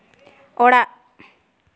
ᱚᱲᱟᱜ